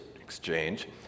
exchange